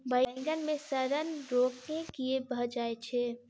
बइगन मे सड़न रोग केँ कीए भऽ जाय छै?